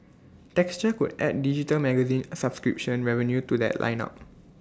texture could add digital magazine subscription revenue to that lineup